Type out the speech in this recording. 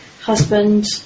husband